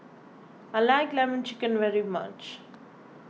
I like Lemon Chicken very much